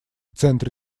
центре